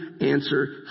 answer